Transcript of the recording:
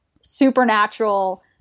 supernatural